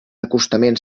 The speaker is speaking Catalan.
acostament